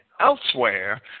elsewhere